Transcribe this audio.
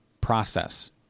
process